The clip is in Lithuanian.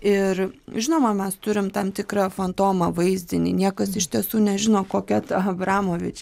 ir žinoma mes turim tam tikrą fantomą vaizdinį niekas iš tiesų nežino kokia ta abramovič